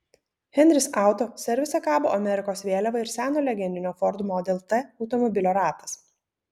henris auto servise kabo amerikos vėliava ir seno legendinio ford model t automobilio ratas